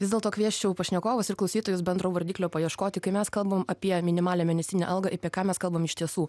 vis dėlto kviesčiau pašnekovus ir klausytojus bendro vardiklio paieškoti kai mes kalbam apie minimalią mėnesinę algą apie ką mes kalbam iš tiesų